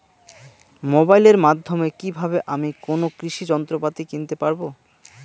মোবাইলের মাধ্যমে কীভাবে আমি কোনো কৃষি যন্ত্রপাতি কিনতে পারবো?